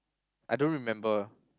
I don't remember